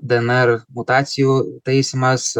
dnr mutacijų taisymas